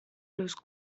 los